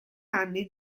anni